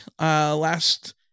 last